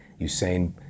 Usain